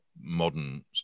modern